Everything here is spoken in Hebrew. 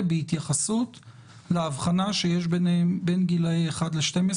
הבקשות נשקלות בכובד ראש.